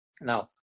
Now